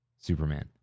superman